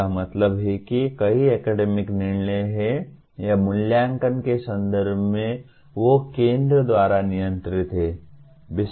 इसका मतलब है कि कई अकेडेमिक निर्णय हैं या मूल्यांकन के संदर्भ में वे केंद्र द्वारा नियंत्रित हैं